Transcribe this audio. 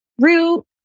Rue